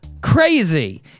Crazy